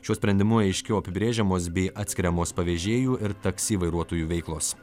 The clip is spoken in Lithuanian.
šiuo sprendimu aiškiau apibrėžiamos bei atskiriamos pavežėjų ir taksi vairuotojų veiklos